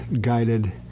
guided